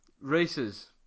races